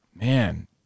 man